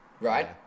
right